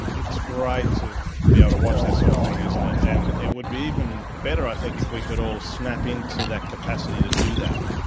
it's great to be able ah to watch that sort of thing isn't it, and it would be even better i think if we could all snap into that capacity to do that.